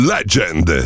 Legend